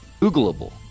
Googleable